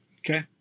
Okay